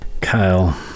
Kyle